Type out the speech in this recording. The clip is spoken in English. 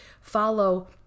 follow